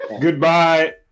Goodbye